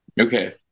Okay